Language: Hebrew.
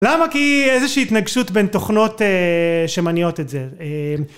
למה כי איזושהי התנגשות בין תוכנות שמניעות את זה